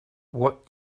what